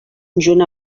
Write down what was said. junt